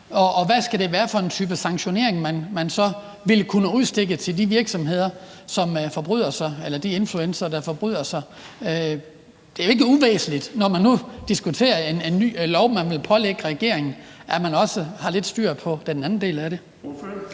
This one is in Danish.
og hvad for en type sanktionering man så ville kunne udstede til de influencere, der forbryder sig. Det er jo ikke uvæsentligt, når man nu diskuterer en ny lov, man vil pålægge regeringen, at man også har lidt styr på den anden del af det.